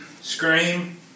Scream